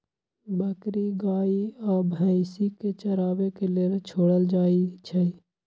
बकरी गाइ आ भइसी के चराबे के लेल छोड़ल जाइ छइ